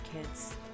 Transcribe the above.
kids